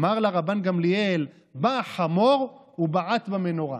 אמר לה רבן גמליאל, בא החמור ובעט המנורה.